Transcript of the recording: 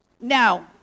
now